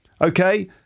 Okay